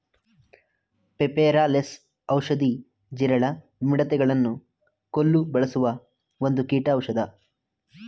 ಪೆಪಾರ ಲೆಸ್ ಔಷಧಿ, ಜೀರಳ, ಮಿಡತೆ ಗಳನ್ನು ಕೊಲ್ಲು ಬಳಸುವ ಒಂದು ಕೀಟೌಷದ